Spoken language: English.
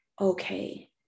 okay